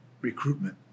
recruitment